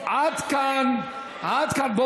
רבותיי, עד כאן, עד כאן.